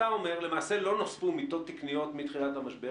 העובדה שהמערכת לא נמצאת בקריסה אבל שמתח המטופלים